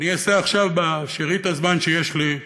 אני אעשה עכשיו, בשארית הזמן שיש לי,